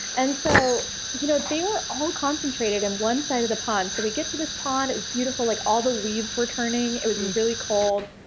and so you know they were all concentrated in one side of the pond. so, we get to this pond, it was beautiful, like all the leaves were turning. it was really cold.